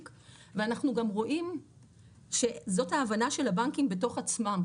ואנחנו גם רואים שזאת ההבנה של הבנקים בתוך עצמם.